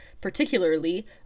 particularly